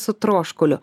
su troškuliu